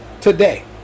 today